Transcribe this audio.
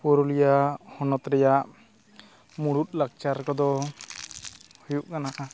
ᱯᱩᱨᱩᱞᱤᱭᱟᱹ ᱦᱚᱱᱚᱛ ᱨᱮᱭᱟᱜ ᱢᱩᱲᱩᱫ ᱞᱟᱠᱪᱟᱨ ᱠᱚᱫᱚ ᱦᱩᱭᱩᱜ ᱠᱟᱱᱟ